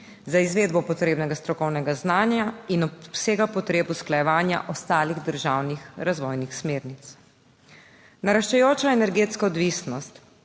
za izvedbo potrebnega strokovnega znanja in obsega potreb usklajevanja ostalih državnih razvojnih smernic. Naraščajoča energetska odvisnost,